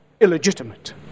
illegitimate